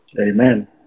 Amen